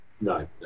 No